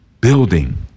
building